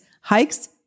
hikes